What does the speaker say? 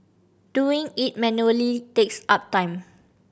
doing it manually takes up time